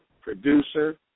producer